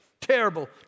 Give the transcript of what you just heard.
Terrible